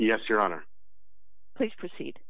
yes your honor please proceed